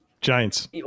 Giants